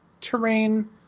terrain